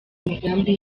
imigambi